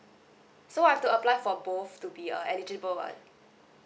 so I've to apply for both to be uh eligible one